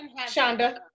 Shonda